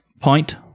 point